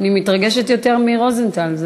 אני מתרגשת יותר מחבר הכנסת רוזנטל.